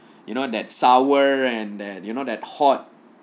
you know that sour and that you know that hot